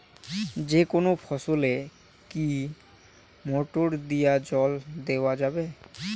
যেকোনো ফসলে কি মোটর দিয়া জল দেওয়া যাবে?